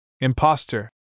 imposter